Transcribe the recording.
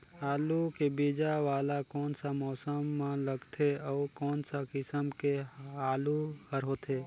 आलू के बीजा वाला कोन सा मौसम म लगथे अउ कोन सा किसम के आलू हर होथे?